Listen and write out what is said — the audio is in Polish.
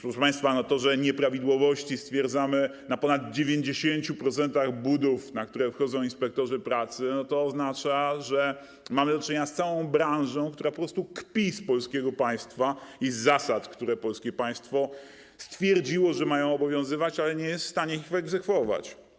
Proszę państwa, to, że nieprawidłowości stwierdzamy na ponad 90% budów, na które wchodzą inspektorzy pracy, oznacza, że mamy do czynienia z całą branżą, która po prostu kpi z polskiego państwa i z zasad, które polskie państwo stwierdziło, że mają obowiązywać, ale nie jest w stanie ich wyegzekwować.